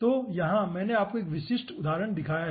तो यहाँ मैंने आपको एक विशिष्ट उदाहरण दिखाया है